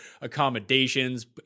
accommodations